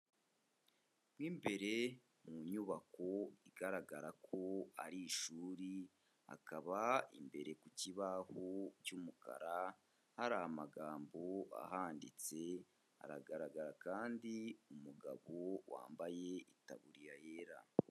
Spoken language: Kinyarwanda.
Mu imbere mu nyubako igaragara ko ari ishuri, hakaba imbere ku kibaho cy'umukara hari amagambo ahanditse, haragaragara kandi umugabo wambaye itaburiya yera.